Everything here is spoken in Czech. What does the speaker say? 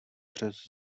přes